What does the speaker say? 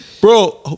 bro